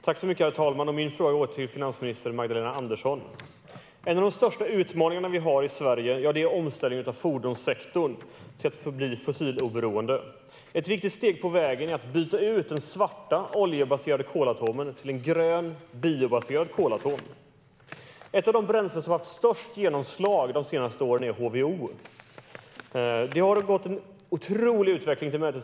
Herr talman! Min fråga går till finansminister Magdalena Andersson. En av de största utmaningarna vi har i Sverige är omställningen av fordonssektorn till att bli fossiloberoende. Ett viktigt steg på vägen är att byta ut den svarta oljebaserade kolatomen till en grön, biobaserad kolatom. Ett av de bränslen som har haft störst genomslag de senaste åren är HVO. Det har gått en otrolig utveckling till mötes.